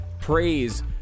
praise